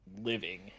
living